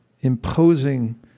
imposing